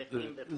נכים וכו'.